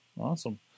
awesome